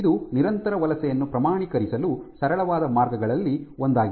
ಇದು ನಿರಂತರ ವಲಸೆಯನ್ನು ಪ್ರಮಾಣೀಕರಿಸಲು ಸರಳವಾದ ಮಾರ್ಗಗಳಲ್ಲಿ ಒಂದಾಗಿದೆ